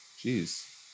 jeez